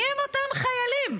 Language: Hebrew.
מיהם אותם חיילים?